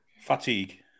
Fatigue